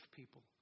people